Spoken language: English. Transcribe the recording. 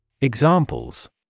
Examples